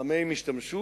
במה הם השתמשו?